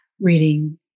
reading